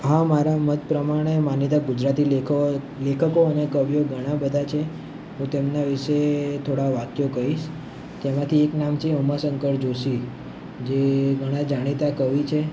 હા મારા મત પ્રમાણે મને તો ગુજરાતી લેખો લેખકો અને કવિઓ ઘણા બધા છે હું તેમના વિશે થોડાં વાક્યો કહીશ તેમાંથી એક નામ છે ઉમાશંકર જોષી જે ઘણા જાણીતા કવિ છે